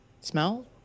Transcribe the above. Smell